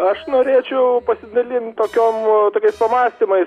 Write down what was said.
aš norėčiau pasidalint tokiom tokiais pamąstymais